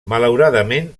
malauradament